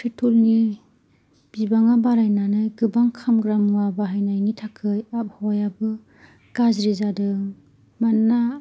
प्रेट्रलनि बिबांआ बारायनानै गोबां खामग्रा मुआ बाहायनायनि थाखाय आबहावायाबो गाज्रि जादों मानोना